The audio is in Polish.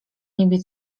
niebie